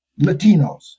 Latinos